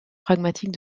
pragmatique